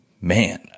man